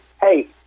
Hey